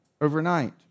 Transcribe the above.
overnight